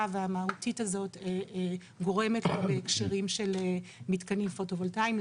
והמהותית הזאת גורמת בהקשרים של מתקנים פוטו וולטאיים.